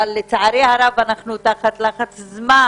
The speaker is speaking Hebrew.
אבל לצערי, אנחנו תחת זמן,